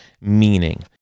meaning